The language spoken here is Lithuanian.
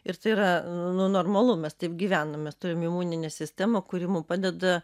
ir tai yra nu normalu mes taip gyvenam mes turim imuninę sistemą kuri mum padeda